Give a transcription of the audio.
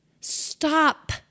stop